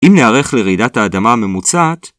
‫אם נערך לרעידת האדמה הממוצעת...